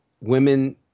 women